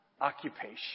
occupation